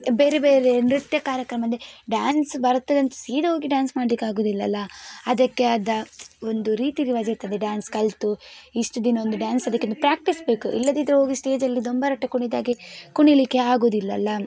ಬೇರೆ ಬೇರೆ ನೃತ್ಯ ಕಾರ್ಯಕ್ರಮದಿ ಡ್ಯಾನ್ಸ್ ಬರ್ತದಂತ ಸೀದಾ ಹೋಗಿ ಡ್ಯಾನ್ಸ್ ಮಾಡಲಿಕ್ಕೆ ಆಗೋದಿಲ್ಲಲ್ಲಾ ಅದಕ್ಕೆ ಆದ ಒಂದು ರೀತಿ ರಿವಾಜಿರ್ತದೆ ಡ್ಯಾನ್ಸ್ ಕಲಿತು ಇಷ್ಟು ದಿನ ಒಂದು ಡ್ಯಾನ್ಸ್ ಅದಕ್ಕೆ ಒಂದು ಪ್ರಾಕ್ಟಿಸ್ ಬೇಕು ಇಲ್ಲದಿದ್ದರೆ ಹೋಗಿ ಸ್ಟೇಜಲ್ಲಿ ದೊಂಬರಾಟ ಕುಣಿದ ಹಾಗೆ ಕುಣಿಲಿಕ್ಕೆ ಆಗುವುದಿಲ್ಲಲ್ಲ